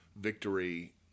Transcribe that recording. victory